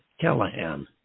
Callahan